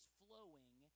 flowing